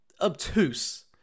obtuse